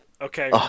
Okay